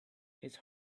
his